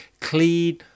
clean